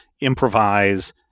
improvise